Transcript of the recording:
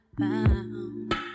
found